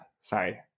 sorry